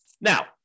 Now